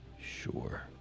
Sure